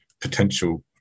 potential